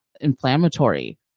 inflammatory